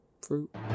fruit